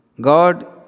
God